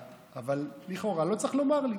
אבל לכאורה לא צריך לומר לי.